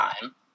time